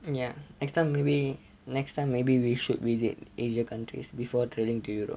ya next time maybe next time maybe we should visit asia countries before travelling to europe